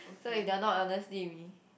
so if they're not honestly with me